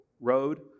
Road